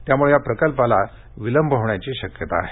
त्यामुळे या प्रकल्पाला विलंब होण्याची शक्यता आहे